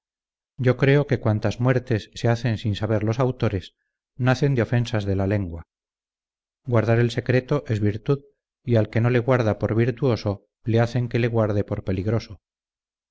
yo creo que cuantas muertes se hacen sin saber los autores nacen de ofensas de la lengua guardar el secreto es virtud y al que no le guarda por virtuoso le hacen que le guarde por peligroso